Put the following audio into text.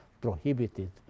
prohibited